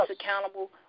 accountable